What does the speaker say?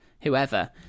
whoever